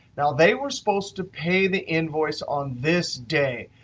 now, they were supposed to pay the invoice on this day,